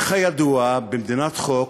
וכידוע, במדינת חוק,